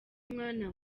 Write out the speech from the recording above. mwana